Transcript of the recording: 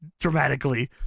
dramatically